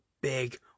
big